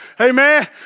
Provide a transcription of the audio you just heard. Amen